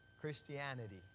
Christianity